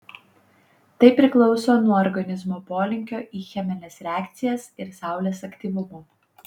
tai priklauso nuo organizmo polinkio į chemines reakcijas ir saulės aktyvumo